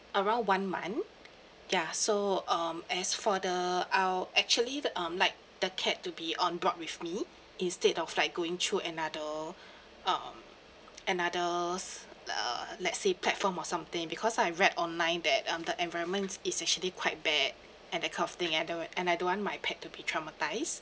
around one month ya so um as for the I'll actually the um like the cat to be on board with me instead of like going through another um another err let's say platform or something because I read online that um the environment is actually quite bad at that kind of thing and I do~ and I don't want my pet to be traumatised